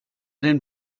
den